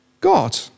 God